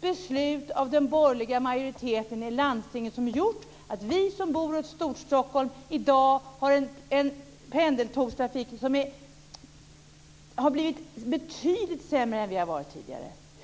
beslut av den borgerliga majoriteten i landstinget som har gjort att vi som bor runt Storstockholm i dag har en pendeltågstrafik som har blivit betydligt sämre än vad vi har varit vana vid.